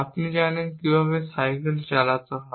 আপনি জানেন কিভাবে সাইকেল চালাতে হয়